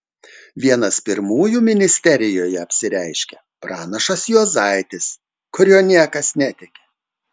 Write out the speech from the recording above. vienas pirmųjų ministerijoje apsireiškia pranašas juozaitis kuriuo niekas netiki